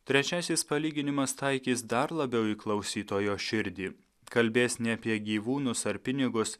trečiasis palyginimas taikys dar labiau į klausytojo širdį kalbės ne apie gyvūnus ar pinigus